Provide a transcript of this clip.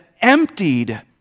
emptied